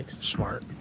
Smart